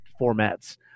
formats